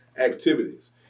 activities